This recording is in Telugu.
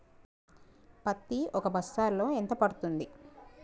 పత్తి ఒక బస్తాలో ఎంత పడ్తుంది?